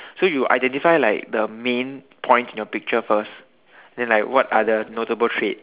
so you identify like the main point in your picture first then like what are the notable traits